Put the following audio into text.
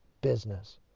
business